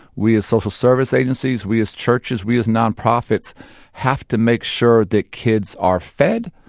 we as social service agencies, we as churches, we as nonprofits have to make sure that kids are fed,